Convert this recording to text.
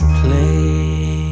play